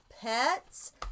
pets